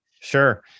Sure